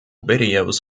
videos